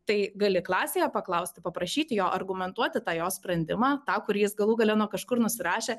tai gali klasėje paklausti paprašyti jo argumentuoti tą jo sprendimą tą kuris galų gale kažkur nusirašė